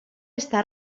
està